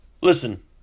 Listen